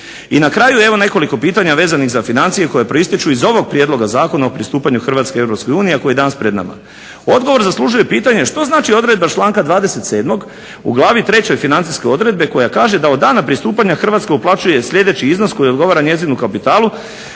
I na kraju evo nekoliko pitanja vezanih za financije koje proistječu iz ovoga Prijedloga zakona o pristupanju Hrvatske Europskoj uniji a koji je danas pred nama. Odgovor zaslužuje pitanje što znači odredba članka 27. u glavi 3. financijske odredbe koja kaže da od dana pristupanja Hrvatske uplaćuje sljedeći iznos koji odgovara njezinu kapitalu